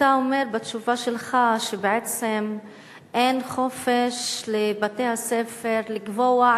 אתה אומר בתשובה שלך שבעצם אין חופש לבתי-הספר לקבוע,